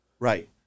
Right